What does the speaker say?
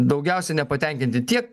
daugiausia nepatenkinti tie